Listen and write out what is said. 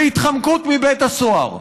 והתחמקות מבית הסוהר,